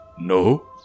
No